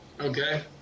Okay